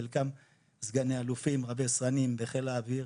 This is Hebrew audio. חלקם סגני אלופים, רבי סרנים בחיל האוויר